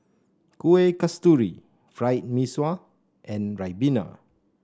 Kuih Kasturi Fried Mee Sua and Ribena